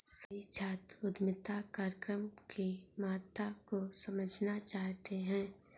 सभी छात्र उद्यमिता कार्यक्रम की महत्ता को समझना चाहते हैं